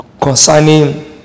concerning